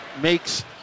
makes